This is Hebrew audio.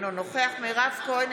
אינו נוכח מירב כהן,